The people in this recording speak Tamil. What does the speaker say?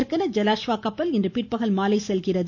இதற்கென ஜலாஸ்வா கப்பல் இன்று பிற்பகல் மாலே செல்கிறது